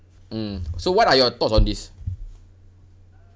mm so what are your thoughts on this